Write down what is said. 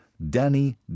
Danny